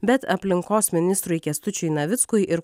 bet aplinkos ministrui kęstučiui navickui ir